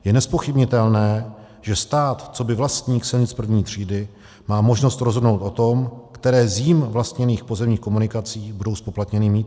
Je nezpochybnitelné, že stát coby vlastník silnic první třídy má možnost rozhodnout o tom, které z jím vlastněných pozemních komunikací budou zpoplatněny mýtným.